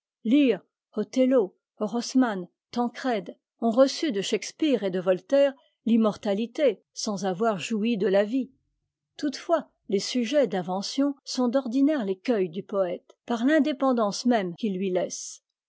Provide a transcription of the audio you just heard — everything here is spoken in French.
othello orosmane tancrède ont reçu de shakspeare et de voltaire l'immortalité sans avoir joui de la vie toutefois les sujets d'invention sont d'ordinaire fécuei du poëte par l'indépendance même qu'ils lui laissent